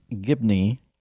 Gibney